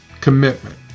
commitment